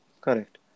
Correct